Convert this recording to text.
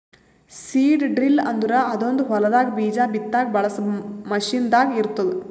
seed drill ಅಂದುರ್ ಅದೊಂದ್ ಹೊಲದಾಗ್ ಬೀಜ ಬಿತ್ತಾಗ್ ಬಳಸ ಮಷೀನ್ ದಾಗ್ ಇರ್ತ್ತುದ